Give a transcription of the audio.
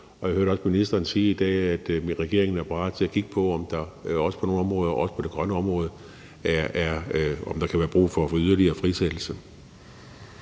Jeg hørte også ministeren sige i dag, at regeringen er parat til at kigge på, om der på nogle områder, også på det grønne område, kan være brug for yderligere frisættelse.